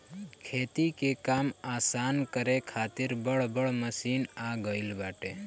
खेती के काम आसान करे खातिर बड़ बड़ मशीन आ गईल बाटे